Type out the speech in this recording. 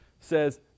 says